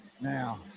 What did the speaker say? Now